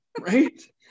right